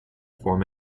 form